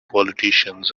politicians